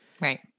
Right